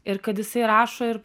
ir kad jisai rašo ir